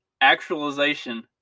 actualization